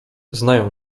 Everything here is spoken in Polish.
znają